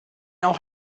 auch